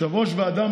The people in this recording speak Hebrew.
יושב-ראש ועדה,